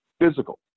physical